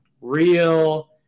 real